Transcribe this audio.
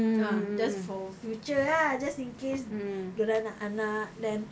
ah just for future ah just in case dia orang nak anak then